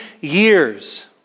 years